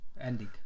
Ending